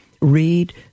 Read